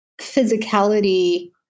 physicality